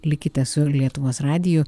likite su lietuvos radiju